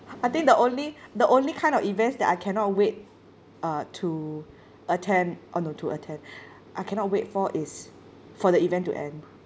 I think the only the only kind of events that I cannot wait uh to attend uh no to attend I cannot wait for is for the event to end